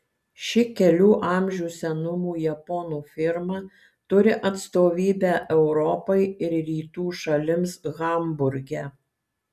ši kelių amžių senumo japonų firma turi atstovybę europai ir rytų šalims hamburge